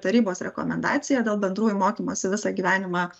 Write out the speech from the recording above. tarybos rekomendacija dėl bendrųjų mokymosi visą gyvenimą